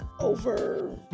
over